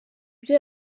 ibyo